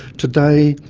today,